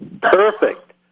Perfect